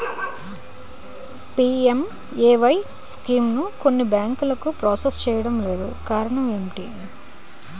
PMAY స్కీమును కొన్ని బ్యాంకులు ప్రాసెస్ చేయడం లేదు కారణం ఏమిటి?